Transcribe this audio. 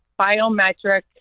biometric